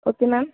okay ma'am